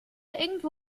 irgendwo